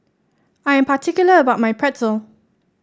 I am particular about my Pretzel